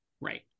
Right